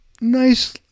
nice